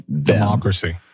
Democracy